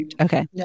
Okay